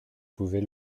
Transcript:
pouvez